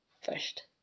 first